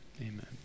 Amen